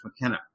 McKenna